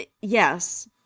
Yes